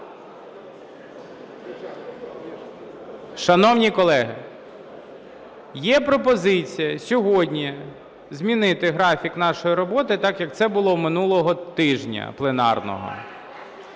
Шановні колеги, є пропозиція сьогодні змінити графік нашої роботи так, як це було минулого тижня пленарного,